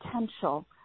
potential